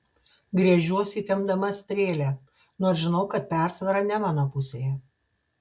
gręžiuosi įtempdama strėlę nors žinau kad persvara ne mano pusėje